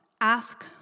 Ask